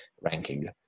ranking